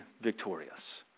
victorious